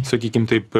sakykim taip